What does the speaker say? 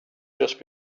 just